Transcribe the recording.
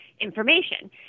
information